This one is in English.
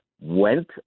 went